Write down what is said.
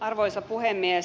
arvoisa puhemies